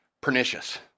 pernicious